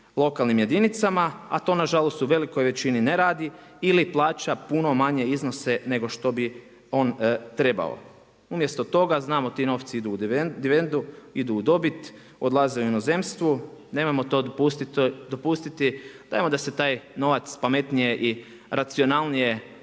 lokalnim jedinicama, a to nažalost u velikoj većini ne radi ili plaća puno manje iznose nego što bi on trebao. Umjesto toga znamo ti novci idu u dividendu, idu u dobit, odlaze u inozemstvo. Nemojmo to dopustiti, dajmo da se taj novac pametnije i racionalnije